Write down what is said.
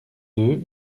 deux